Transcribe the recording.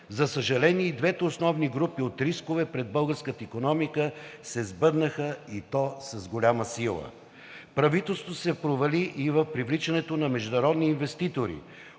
За съжаление, и двете основни групи от рискове пред българската икономика се сбъднаха, и то с голяма сила. Правителството се провали и в привличането на международни инвеститори.